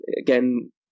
again